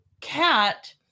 cat